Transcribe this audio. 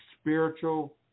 spiritual